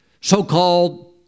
so-called